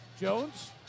Jones